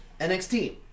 NXT